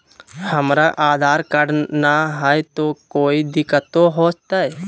हमरा आधार कार्ड न हय, तो कोइ दिकतो हो तय?